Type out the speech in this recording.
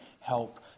help